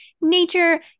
nature